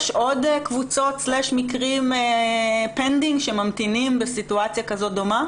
יש עוד קבוצות או מקרים שממתינים בסיטואציה דומה,